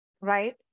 right